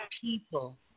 people